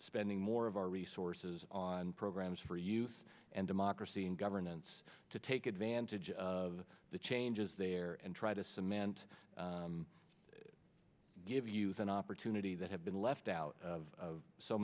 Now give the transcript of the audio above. spending more of our resources on programs for youth and democracy and governance to take advantage of the changes there and try to cement give us an opportunity that have been left out of